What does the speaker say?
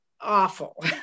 awful